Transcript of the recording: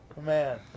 Man